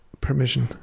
permission